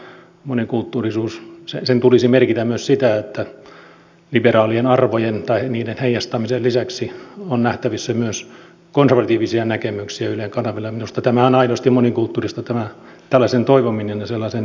tai minunkin käsitykseni mukaan monikulttuurisuuden tulisi merkitä myös sitä että liberaalien arvojen tai niiden heijastamisen lisäksi on nähtävissä myös konservatiivisia näkemyksiä ylen kanavilla ja minusta tämä tällaisen toivominen ja sellaisen edistäminen on aidosti monikulttuurista